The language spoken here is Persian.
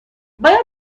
باید